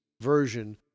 version